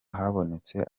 habonetse